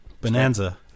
bonanza